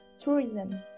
tourism